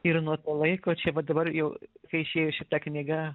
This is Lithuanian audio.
ir nuo to laiko čia va dabar jau kai išėjo šita knyga